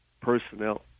personnel